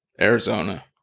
Arizona